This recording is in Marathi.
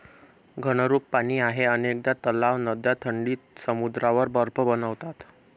घनरूप पाणी आहे अनेकदा तलाव, नद्या थंडीत समुद्रावर बर्फ बनतात